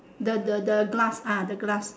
the the the glass ah the glass